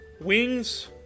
wings